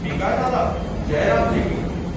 ठीकु आहे दादा जय राम जी की